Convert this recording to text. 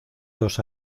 dos